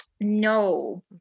No